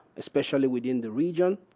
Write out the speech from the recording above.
especially within the region,